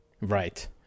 Right